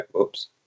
oops